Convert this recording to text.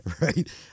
Right